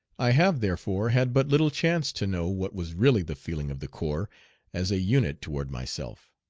i have therefore had but little chance to know what was really the feeling of the corps as a unit toward myself.